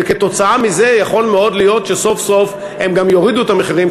וכתוצאה מזה יכול מאוד להיות שסוף-סוף הם גם יורידו את המחירים,